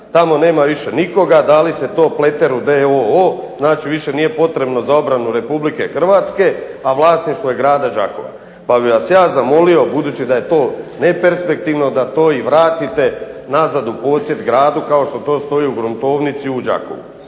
tamo više nema nikoga. Dali ste to Pleteru d.o.o., znači više nije potrebno za obranu Republike Hrvatske, a vlasništvo je grada Đakova. Pa bih vas ja zamolio, budući da je to neperspektivno da i to vratite nazad u posjed gradu kao što to stoji u gruntovnici u Đakovu.